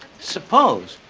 suppose,